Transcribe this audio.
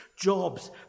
Jobs